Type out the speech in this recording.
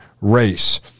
race